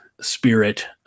spirit